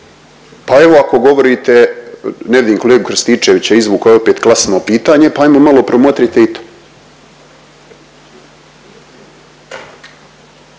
Pa evo kao govorite ne vidim kolegu Krstičevića izvukao je opet klasno pitanje pa ajmo malo promotrite i to.